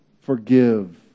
forgive